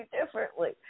differently